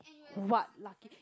what lucky